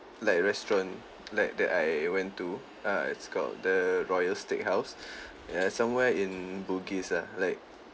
like restaurant like that I went to uh it's called the royal steak house ya somewhere in bugis ah like